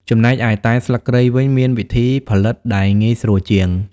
ចំណែកឯ តែស្លឹកគ្រៃ វិញ មានវិធីផលិតដែលងាយស្រួលជាង។